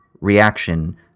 reaction